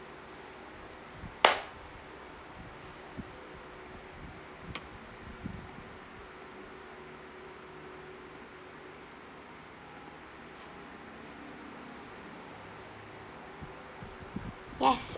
yes